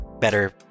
better